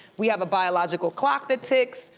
we have a biological clock that ticks.